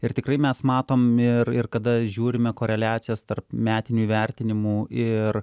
ir tikrai mes matom ir ir kada žiūrime koreliacijos tarp metinių įvertinimų ir